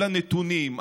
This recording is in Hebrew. כל הנתונים,